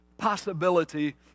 possibility